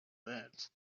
that